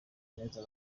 neza